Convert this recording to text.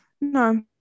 No